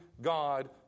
God